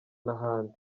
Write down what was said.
n’ahandi